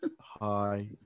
Hi